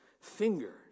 finger